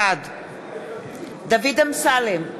בעד דוד אמסלם,